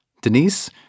Denise